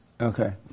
Okay